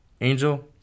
Angel